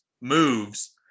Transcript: moves